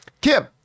Kim